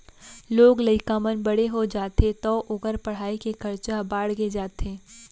लोग लइका मन बड़े हो जाथें तौ ओकर पढ़ाई के खरचा ह बाड़गे जाथे